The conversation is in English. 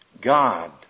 God